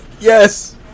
yes